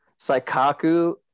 Saikaku